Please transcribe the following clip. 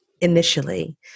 initially